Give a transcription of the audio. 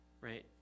right